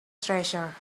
treasure